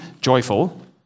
Joyful